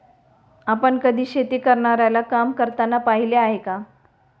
आपण कधी शेती करणाऱ्याला काम करताना पाहिले आहे का?